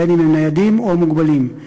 בין שהם ניידים בין שהם מוגבלים.